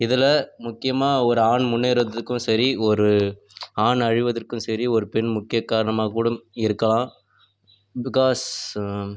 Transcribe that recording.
இதில் முக்கியமாக ஒரு ஆண் முன்னேறதுக்கும் சரி ஒரு ஆண் அழிவதற்கும் சரி ஒரு பெண் முக்கியக் காரணமாக கூட இருக்கலாம் பிக்காஸ்